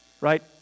right